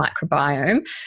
microbiome